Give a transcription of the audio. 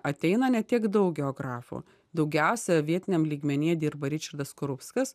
ateina ne tiek daug geografų daugiausia vietiniam lygmenyje dirba ričardas skorupskas